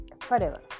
forever